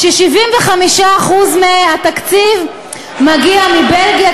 ו-75% מהתקציב מגיע מבלגיה,